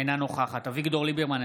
אינה נוכחת אביגדור ליברמן,